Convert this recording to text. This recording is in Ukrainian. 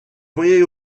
моєю